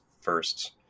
first